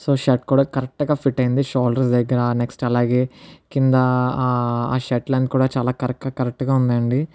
so shirt కూడా correct గా fit అయ్యింది షోల్డర్స్ దగ్గర నెక్స్ట్ అలాగే కింద ఆ షర్ట్ లెన్త్ కూడా కరెక్ట్ కరెక్ట్ గా ఉందండి